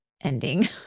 ending